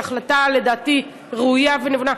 שלדעתי היא החלטה ראויה ונבונה,